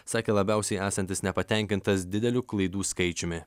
sakė labiausiai esantis nepatenkintas dideliu klaidų skaičiumi